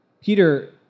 Peter